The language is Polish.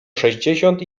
sześćdziesiąt